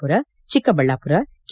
Pura Chikkaballapur K